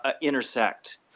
intersect